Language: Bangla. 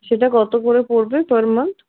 সেটা কত করে পড়বে পার মান্থ